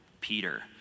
Peter